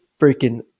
freaking